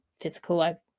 physical